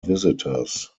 visitors